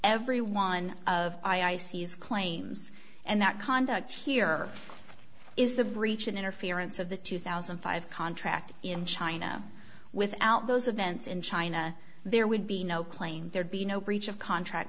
every one of i c's claims and that conduct here is the breach and interference of the two thousand and five contract in china without those events in china there would be no claim there'd be no breach of contract